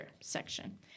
section